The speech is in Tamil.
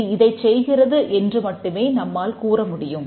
இது இதைச் செய்கிறது என்று மட்டுமே நம்மால் கூற முடியும்